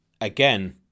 again